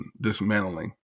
dismantling